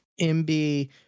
mb